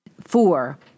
Four